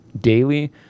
daily